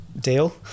deal